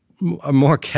more